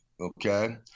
Okay